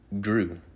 grew